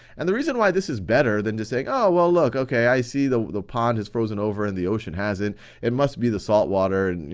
and the reason why this is better than just saying, oh well, look, okay, i see the the pond has frozen over and the ocean hasn't, it must be the salt water, and you